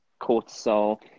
cortisol